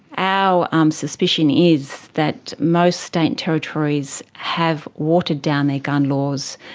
our um suspicion is that most state and territories have watered down their gun laws,